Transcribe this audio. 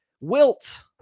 Wilt